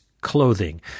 clothing